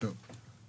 בבקשה.